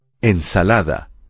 Ensalada